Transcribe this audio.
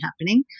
happening